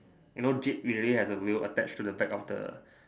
you know jeep usually have the wheel attach at the back of the